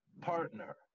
partner